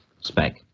spec